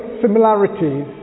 similarities